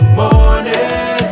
morning